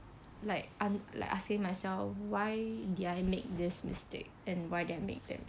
like i'm like asking myself why did I made this mistake and why did I make that